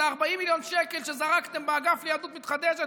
את 40 מיליון השקלים שזרקתם באגף ליהדות מתחדשת